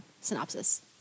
synopsis